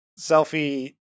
Selfie